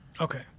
Okay